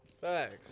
Thanks